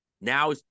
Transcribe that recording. Now